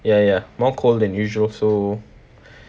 ya ya more cold than usual so